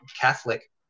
Catholic